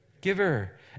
giver